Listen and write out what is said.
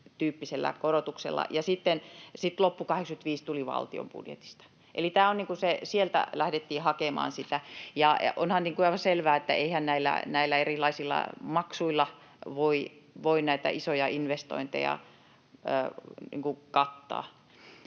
tyyppisillä korotuksilla ja sitten loppu 85 tuli valtion budjetista. Eli sieltä lähdettiin hakemaan sitä. Ja onhan aivan selvää, että eihän näillä erilaisilla maksuilla voi näitä isoja investointeja kattaa.